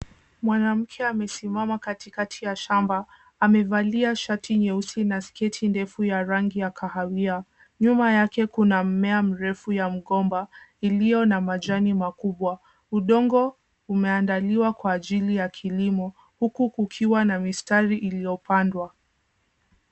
Mwanamke ame simama katikati ya shamba, amevalia shati nyeusi na sketi ndefu ya rangi ya kahawia. Nyuma yake kuna mmea mrefu ya mgomba, iliyo na majani makubwa. Udongo ume andaliwa kwa ajili ya kilimo, huku kukiwa na mistari iliyopandwa.